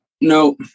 No